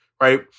right